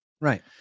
Right